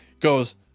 goes